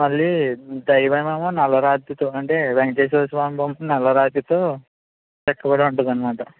మళ్ళీ దైవవేమో నల్లరాతితో అంటే వేంకటేశ్వర స్వామి బొమ్మ నల్లరాతితో చెక్కబడి ఉంటుందన్నమాట